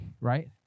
right